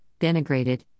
denigrated